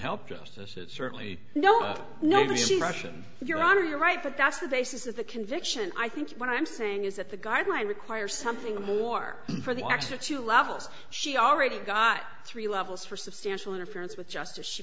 help justice it certainly no no to the russian your honor you're right but that's the basis of the conviction i think what i'm saying is that the guideline require something more for the actual two levels she already got three levels for substantial interference with justice she